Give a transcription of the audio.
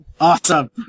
Awesome